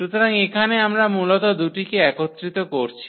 সুতরাং এখানে আমরা মূলত দুটিকে একত্রিত করছি